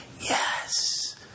yes